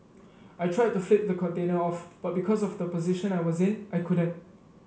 I tried to flip the container off but because of the position I was in I couldn't